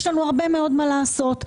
יש לנו הרבה מאוד מה לעשות,